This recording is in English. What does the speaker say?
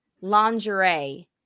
lingerie